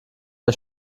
der